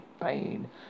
pain